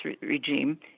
regime